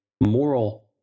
moral